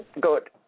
Good